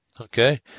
Okay